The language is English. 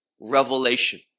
revelation